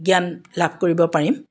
জ্ঞান লাভ কৰিব পাৰিম